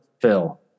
Phil